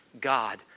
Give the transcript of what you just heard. God